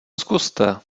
zkuste